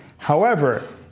however,